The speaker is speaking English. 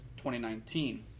2019